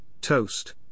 toast